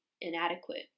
inadequate